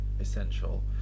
essential